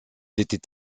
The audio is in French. étaient